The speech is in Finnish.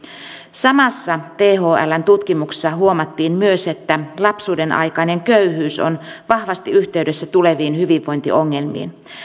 samassa thln tutkimuksessa huomattiin myös että lapsuudenaikainen köyhyys on vahvasti yhteydessä tuleviin hyvinvointiongelmiin